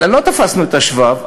לא תפסנו את השבב,